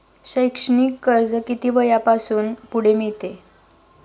शैक्षणिक कर्ज किती वयापासून पुढे मिळते?